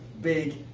big